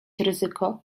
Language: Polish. ryzyko